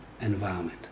environment